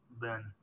Ben